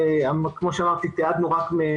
אנחנו לא מתעסקים אך ורק בפניות,